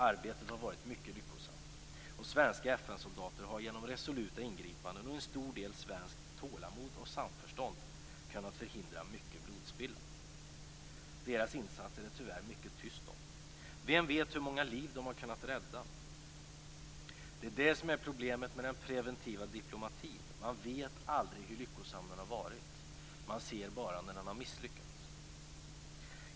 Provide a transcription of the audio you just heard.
Arbetet har varit mycket lyckosamt. Svenska FN-soldater har genom resoluta ingripanden och en stor del svenskt tålamod och samförstånd kunnat förhindra mycken blodspillan. Deras insatser är det tyvärr mycket tyst om. Vem vet hur många liv de har kunnat rädda? Det är det som är problemet med den preventiva diplomatin, man vet aldrig hur lyckosam den har varit. Man ser bara om den har misslyckats.